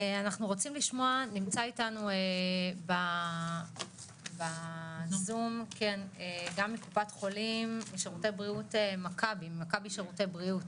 נמצא איתנו בזום מוריס ממכבי שירותי בריאות,